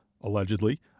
allegedly